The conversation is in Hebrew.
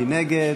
מי נגד?